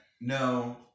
no